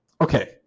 okay